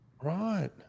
Right